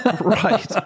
Right